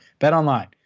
Betonline